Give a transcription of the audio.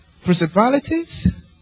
Principalities